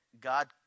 God